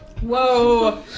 Whoa